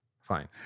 Fine